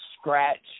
scratch